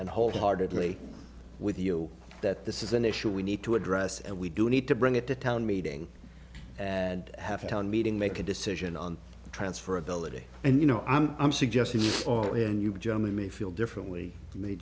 and wholeheartedly with you that this is an issue we need to address and we do need to bring it to town meeting and have town meeting make a decision on transfer ability and you know i'm suggesting and you generally may feel differently